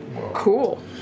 Cool